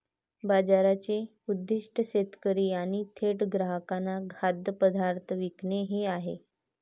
बाजाराचे उद्दीष्ट शेतकरी यांनी थेट ग्राहकांना खाद्यपदार्थ विकणे हे आहे